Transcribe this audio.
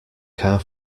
car